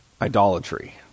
Idolatry